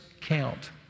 count